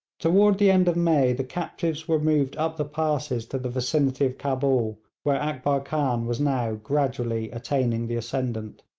toward the end of may the captives were moved up the passes to the vicinity of cabul, where akbar khan was now gradually attaining the ascendant.